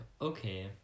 okay